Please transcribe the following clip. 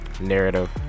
narrative